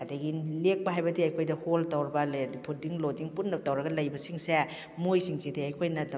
ꯑꯗꯒꯤ ꯂꯦꯛꯄ ꯍꯥꯏꯕꯗꯤ ꯑꯩꯈꯣꯏꯗ ꯍꯣꯜ ꯇꯧꯔꯒ ꯂꯩꯔꯕ ꯐꯨꯗꯤꯡ ꯂꯣꯗꯤꯡ ꯄꯨꯟꯅ ꯇꯧꯔꯒ ꯂꯩꯕꯁꯤꯡꯁꯦ ꯃꯣꯏꯁꯤꯡꯁꯤꯗꯤ ꯑꯩꯈꯣꯏꯅ